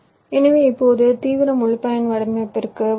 எனவே இப்போது தீவிர முழு தனிப்பயன் வடிவமைப்பிற்கு வருவோம்